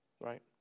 right